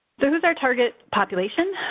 so, who's our target population?